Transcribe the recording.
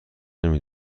نمی